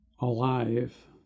alive